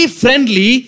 friendly